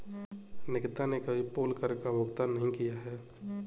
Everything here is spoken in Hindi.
निकिता ने कभी पोल कर का भुगतान नहीं किया है